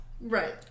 right